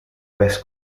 vez